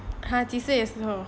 !huh! 几时的时候